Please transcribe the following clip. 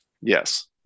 Yes